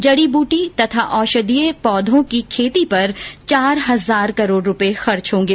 जड़ी बूटी तथा औषधीय पौधों की खेती पर चार हजार करोड़ रूपए खर्च होंगे